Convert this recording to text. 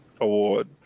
Award